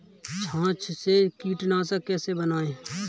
छाछ से कीटनाशक कैसे बनाएँ?